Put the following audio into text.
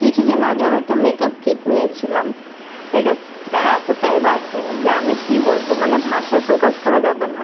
কিছুদিন আগে আমি একটা মেকআপ কিট নিয়েছিলাম মেকআপটা এতটাই বাজে যে আমি কি বলব মানে ভাষায় প্রকাশ করা যাবে না